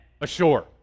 ashore